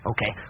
Okay